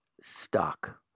stuck